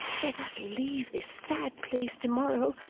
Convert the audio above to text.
let us leave this sad place to-morrow,